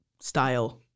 style